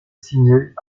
signée